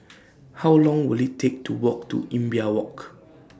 How Long Will IT Take to Walk to Imbiah Walk